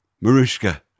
Marushka